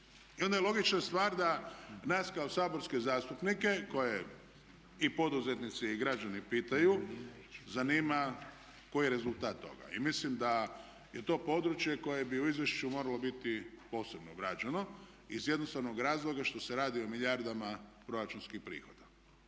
i onda je logična stvar da nas kao saborske zastupnike koje i poduzetnici i građani pitaju zanima koji je rezultat toga. I mislim da je to područje koje bi u izvješću moralo biti posebno obrađeno iz jednostavnog razloga što se radi o milijardama proračunskih prihoda.